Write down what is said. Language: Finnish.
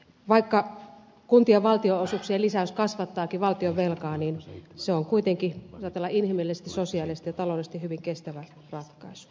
vaikka kuntien valtionosuuksien lisäys kasvattaakin valtionvelkaa se on kuitenkin jos ajatellaan inhimillisesti sosiaalisesti ja taloudellisesti hyvin kestävä ratkaisu